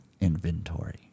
inventory